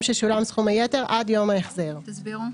ששולם סכום היתר עד יום ההחזר." תסבירו.